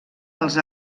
els